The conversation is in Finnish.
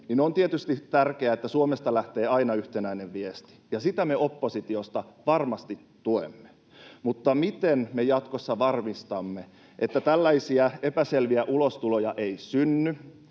On tietysti tärkeää, että Suomesta lähtee aina yhtenäinen viesti, ja sitä me oppositiosta varmasti tuemme. Mutta miten me jatkossa varmistamme, että tällaisia epäselviä ulostuloja ei synny?